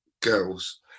girls